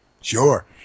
Sure